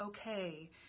okay